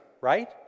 Right